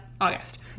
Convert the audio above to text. August